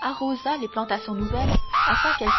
arrosa les plantations nouvelles afin qu'elles